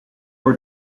were